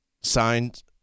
signed